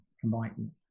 combining